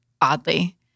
oddly